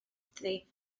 ddi